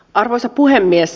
arvoisa puhemies